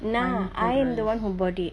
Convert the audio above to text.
நா:naa I am the one who bought it